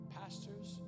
pastors